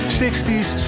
60s